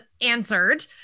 answered